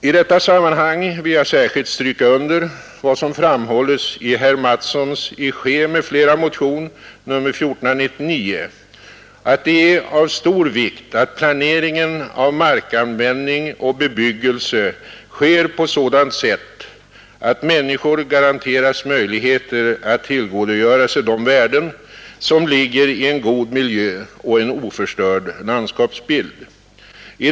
I detta sammanhang vill jag särskilt stryka under vad som framhålles i herr Mattssons i Skee m.fl. motion nr 1499 att det är av stor vikt att planeringen av markanvändning och bebyggelse sker på sådant sätt att människor garanteras möjligheter att tillgodogöra sig de värden som ligger i en god miljö och en oförstörd landskapsbild.